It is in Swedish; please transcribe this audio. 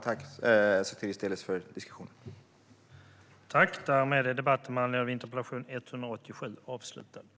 Tack, Sotiris Delis, för diskussionen!